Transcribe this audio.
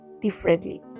differently